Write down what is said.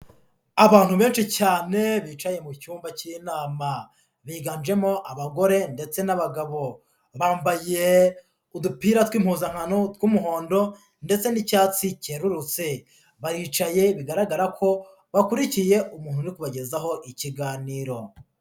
Abantu benshi cyane bicaye mu cyumba cy'inama biganjemo abagore ndetse n'abagabo, bambaye udupira tw'impuzankano tw'umuhondo ndetse n'icyatsi cyerurutse, baricaye bigaragara ko bakurikiye umuntu uri kubagezaho ikiganiro.